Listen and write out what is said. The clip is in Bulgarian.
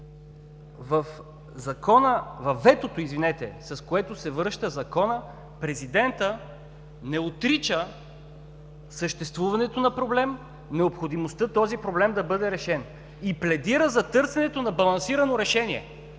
документи във ветото, с което се връща Законът, президентът не отрича съществуването на проблема, необходимостта този проблем да бъде решен и пледира за търсенето на балансирано решение,